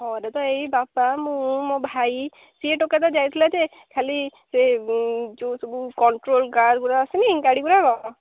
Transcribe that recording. ଘରେ ତ ଏଇ ବାପା ମୁଁ ମୋ ଭାଇ ସିଏ ଟୋକା ତ ଯାଇଥିଲା ଯେ ଖାଲି ସେ ଯେଉଁ ସବୁ କଣ୍ଟ୍ରୋଲ କାର୍ ଗୁରା ଆସେନି ଗାଡ଼ି ଗୁଡ଼ାକ